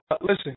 listen